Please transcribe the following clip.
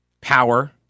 power